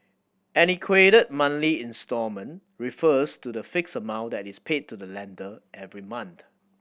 an equated monthly instalment refers to the fixed amount that is paid to the lender every month